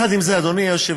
יחד עם זה, אדוני היושב-ראש,